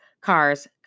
cars